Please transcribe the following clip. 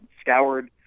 scoured